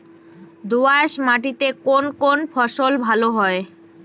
দোঁয়াশ মাটিতে কোন কোন ফসল ভালো হয়?